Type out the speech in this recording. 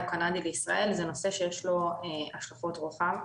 או קנדי לישראל זה נושא שיש לו השלכות רוחב.